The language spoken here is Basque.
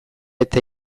eta